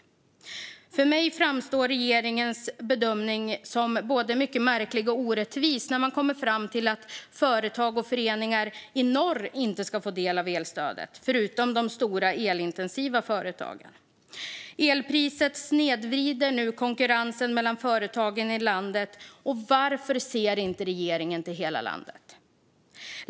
För mig framstår regeringens bedömning som både mycket märklig och orättvis när man kommer fram till att företag, förutom de stora elintensiva företagen, och föreningar i norr inte ska få ta del av elstödet. Elpriset snedvrider nu konkurrensen mellan företagen i landet. Varför ser inte regeringen till hela landet?